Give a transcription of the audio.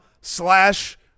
slash